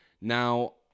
Now